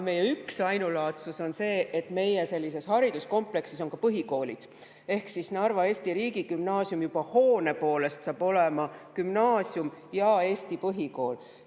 meie üks ainulaadsus on see, et meie hariduskompleksis on ka põhikoolid. Narva Eesti Riigigümnaasium juba hoone poolest saab olema gümnaasium ja eesti põhikool.